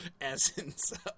essence